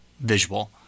visual